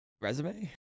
resume